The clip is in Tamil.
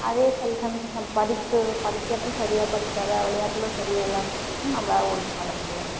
அதே சில சமயத்தில் நம்ம படிப்பு படிக்கறதும் சரியாக படிக்காத விளையாட்டுலும் சரியாக இல்லாமல் இருந்துச்சுன்னா நம்பளால் ஒன்றும் பண்ண முடியாது